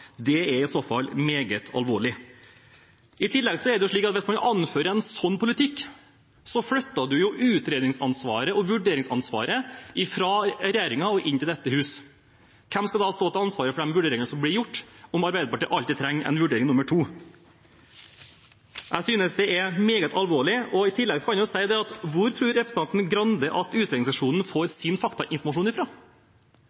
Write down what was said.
Det er i så fall meget alvorlig. I tillegg er det slik at hvis man anfører en sånn politikk, flytter du jo utredningsansvaret og vurderingsansvaret fra regjeringen og inn til dette hus. Hvem skal da stå til ansvar for de vurderingene som blir gjort, om Arbeiderpartiet alltid trenger en vurdering nr. 2? Jeg synes det er meget alvorlig. I tillegg kan en jo si: Hvor tror representanten Grande at utredningsseksjonen får